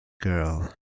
Girl